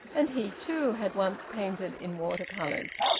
and he, too, had once painted in water-colours.